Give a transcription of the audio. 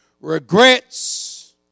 regrets